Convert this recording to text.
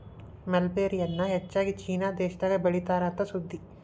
mulberry ಎನ್ನಾ ಹೆಚ್ಚಾಗಿ China ದೇಶದಾಗ ಬೇಳಿತಾರ ಅಂತ ಸುದ್ದಿ